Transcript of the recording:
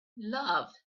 love